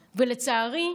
לצערי,